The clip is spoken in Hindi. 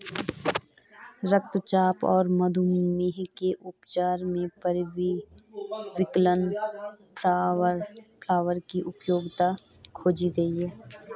रक्तचाप और मधुमेह के उपचार में पेरीविंकल फ्लावर की उपयोगिता खोजी गई है